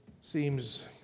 seems